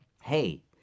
hey